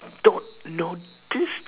don't know this